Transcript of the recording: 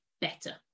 better